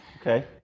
Okay